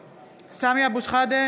(קוראת בשמות חברי הכנסת) סמי אבו שחאדה,